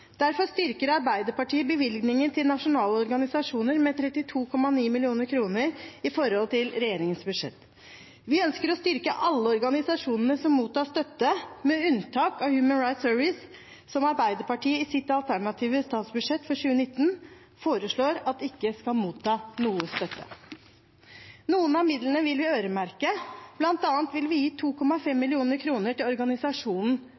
Derfor styrker Arbeiderpartiet bevilgningen til nasjonale organisasjoner med 32,9 mill. kr i forhold til regjeringens budsjett. Vi ønsker å styrke alle organisasjonene som mottar støtte, med unntak av Human Rights Service, som Arbeiderpartiet i sitt alternative statsbudsjett for 2019 foreslår at ikke skal motta noe støtte. Noen av midlene vil vi øremerke, bl.a. vil vi gi 2,5 mill. kr til organisasjonen